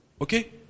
Okay